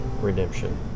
redemption